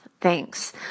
Thanks